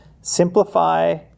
simplify